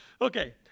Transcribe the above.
Okay